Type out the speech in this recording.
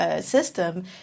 system